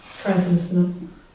presence